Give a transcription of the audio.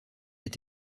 est